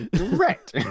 right